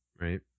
right